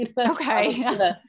Okay